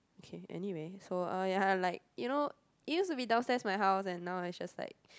okay anyway so uh ya like you know it used to be downstairs my house and now is just like